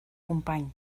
company